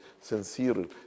Sincere